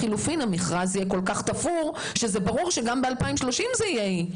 שהמכרז יהיה כל כך תפור עד שברור שבשנת 2030 זו תהיה היא.